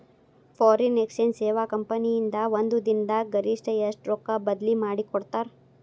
Foreign exchange ಸೇವಾ company ಇಂದಾ ಒಂದ್ ದಿನ್ ದಾಗ್ ಗರಿಷ್ಠ ಎಷ್ಟ್ ರೊಕ್ಕಾ ಬದ್ಲಿ ಮಾಡಿಕೊಡ್ತಾರ್?